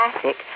classic